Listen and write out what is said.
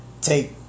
take